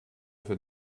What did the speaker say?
für